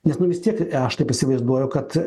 nes nu vis tiek aš taip įsivaizduoju kad